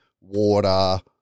Water